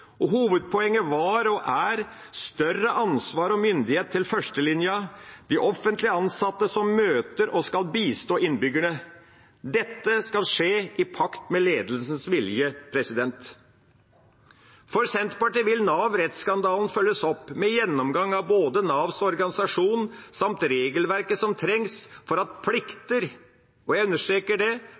og hovedpoenget var og er større ansvar og myndighet til førstelinja, de offentlig ansatte som møter og skal bistå innbyggerne. Dette skal skje i pakt med ledelsens vilje. For Senterpartiet vil Nav-rettsskandalen følges opp med gjennomgang av Navs organisasjon samt regelverket som trengs for at plikter – og jeg understreker plikter – og retter når det